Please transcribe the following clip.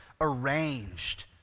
arranged